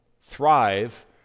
thrive